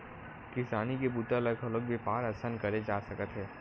किसानी के बूता ल घलोक बेपार असन करे जा सकत हे